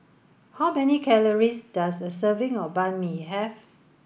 how many calories does a serving of Banh Mi have